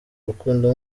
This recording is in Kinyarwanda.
urukundo